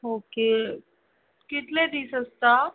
okay कितले दीस आसता